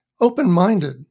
open-minded